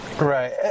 Right